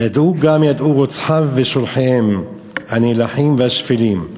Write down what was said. ידעו גם ידעו רוצחיו ושולחיהם הנאלחים והשפלים,